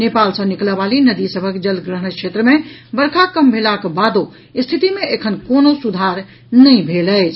नेपाल सँ निकलऽ वाली नदी सभक जलग्रहण क्षेत्र मे वर्षा कम भेलाक बादो स्थिति मे एखन कोनो सुधार नहि भेल अछि